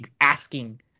asking